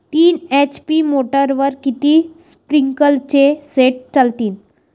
तीन एच.पी मोटरवर किती स्प्रिंकलरचे सेट चालतीन?